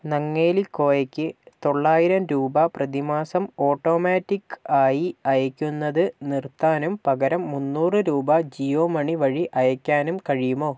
നങ്ങേലി കോയക്ക് തൊള്ളായിരം രൂപ പ്രതിമാസം ഓട്ടോമാറ്റിക്ക് ആയി അയയ്ക്കുന്നത് നിർത്താനും പകരം മുന്നൂറ് രൂപ ജിയോ മണി വഴി അയയ്ക്കാനും കഴിയുമോ